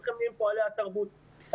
כולכם פועלי התרבות.